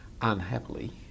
unhappily